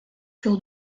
sur